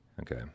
Okay